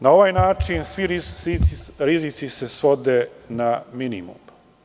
Na ovaj način svi rizici se svode na minimum.